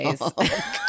okay